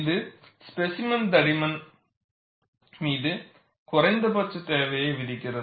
இது ஸ்பேசிமென் தடிமன் மீது குறைந்தபட்ச தேவையை விதிக்கிறது